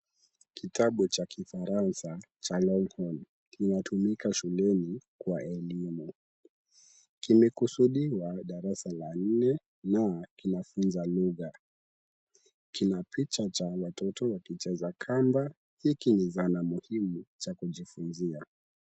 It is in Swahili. Kitabu cha Kifaransa, cha Longhorn, kinatumika shuleni kwa elimu. Kimekusudiwa darasa la nne, na kinafunza lugha. Kinapicha cha watoto wakicheza kamba, hiki ni zana muhimu cha kujifunzia.